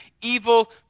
evil